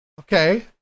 Okay